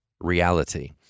reality